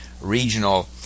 regional